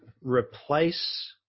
replace